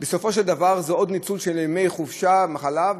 בסופו של דבר זה עוד ניצול של ימי חופשה ומחלה,